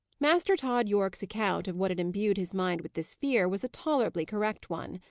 master tod yorke's account of what had imbued his mind with this fear, was a tolerably correct one.